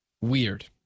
Weird